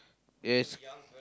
yes